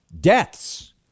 deaths